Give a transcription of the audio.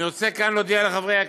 אני רוצה כאן להודיע לחברי הכנסת,